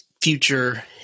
future